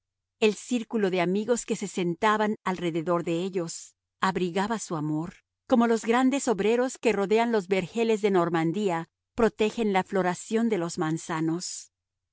el círculo de amigos que se sentaban alrededor de ellos abrigaba su amor como los grandes obreros que rodean los vergeles de normandía protegen la floración de los manzanos